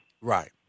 Right